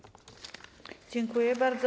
Dziękuję bardzo.